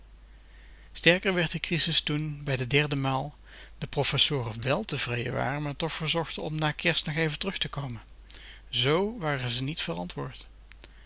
sterker werd de crisis toen bij de derde maal de professoren wèl tevrejen waren maar toch verzochten om na kerst nog even terug te komen z waren ze niet verantwoord